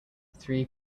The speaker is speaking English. three